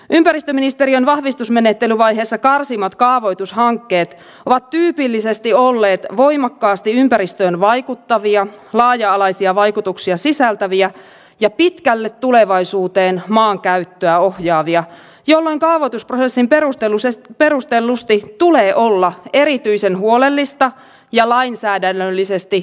ympäristöministeriön vahvistusmenettelyvaiheessa karsimat kaavoitushankkeet ovat tyypillisesti olleet voimakkaasti ympäristöön vaikuttavia laaja alaisia vaikutuksia sisältäviä ja pitkälle tulevaisuuteen maankäyttöä ohjaavia jolloin kaavoitusprosessin perustellusti tulee olla erityisen huolellista ja lainsäädännöllisesti tarkkaa